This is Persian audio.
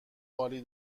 عالی